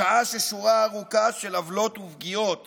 בשעה ששורה ארוכה של עוולות ופגיעות